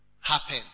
happen